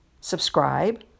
subscribe